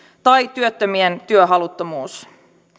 tai työttömien työhaluttomuus